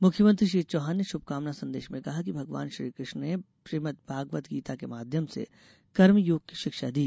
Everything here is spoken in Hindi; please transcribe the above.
मुख्यमंत्री श्री चौहान ने शुभकामना संदेश में कहा कि भगवान श्रीकृष्ण ने श्रीमद् भगवद् गीता के माध्यम से कर्मयोग की शिक्षा दी